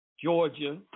Georgia